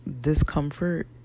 discomfort